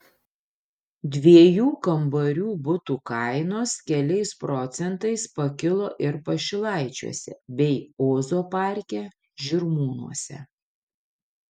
dviejų kambarių butų kainos keliais procentais pakilo ir pašilaičiuose bei ozo parke žirmūnuose